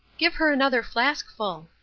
give her another flaskful.